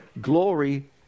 Glory